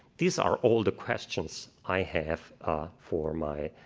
these are all the questions i have ah for my